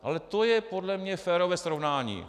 Ale to je podle mě férové srovnání.